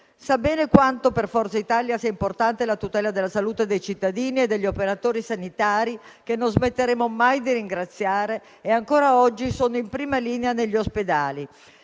Sa bene quanto per Forza Italia sia importante la tutela della salute dei cittadini e degli operatori sanitari, che non smetteremo mai di ringraziare e che ancora oggi sono in prima linea negli ospedali;